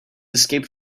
escaped